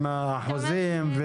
עם החוזים.